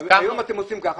היום אתם עושים כך.